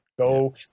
Go